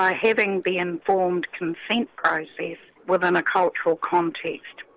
um having the informed consent process within a cultural context.